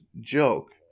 joke